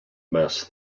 mess